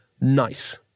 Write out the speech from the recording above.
Nice